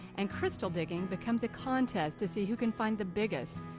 and crystal digging becomes a contest to see who can find the biggest.